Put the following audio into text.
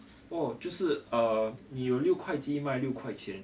就是 err 你有六块鸡卖六块钱